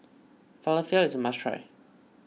Falafel is a must try